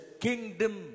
kingdom